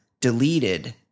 deleted